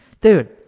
Dude